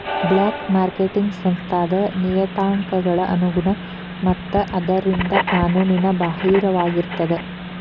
black marketing ಸಂಸ್ಥಾದ್ ನಿಯತಾಂಕಗಳ ಅನುಗುಣ ಮತ್ತ ಆದ್ದರಿಂದ ಕಾನೂನು ಬಾಹಿರವಾಗಿರ್ತದ